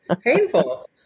painful